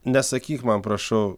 nesakyk man prašau